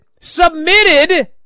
submitted